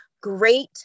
great